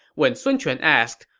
when sun quan asked,